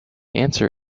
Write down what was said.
answer